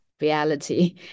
reality